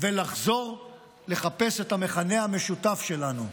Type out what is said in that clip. ולחזור לחפש את המכנה המשותף שלנו.